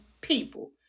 people